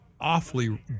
awfully